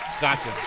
Gotcha